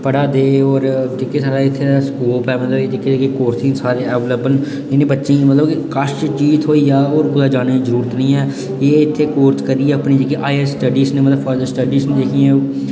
पढ़ै दे होर जेह्के साढ़े इत्थै स्कोप ऐ मतलब जेह्के जेह्के कोर्स न सारे ऐवेलेबल न इ'नें बच्चें गी काश ओह् चीज थ्होई जा ओह् कुतै जाने दी जरूरत नेईं ऐ एह् इत्थै कोर्स करियै अपनी हायर स्टडी न मतलब कि फर्दर स्टडी जेह्की ओह्